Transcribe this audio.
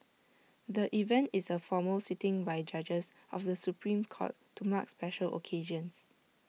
the event is A formal sitting by judges of the Supreme court to mark special occasions